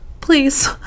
please